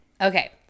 Okay